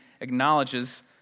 acknowledges